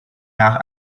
nach